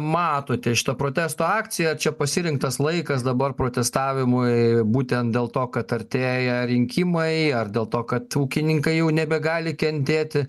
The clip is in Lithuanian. matote šitą protesto akciją čia pasirinktas laikas dabar protestavimui būtent dėl to kad artėja rinkimai ar dėl to kad ūkininkai jau nebegali kentėti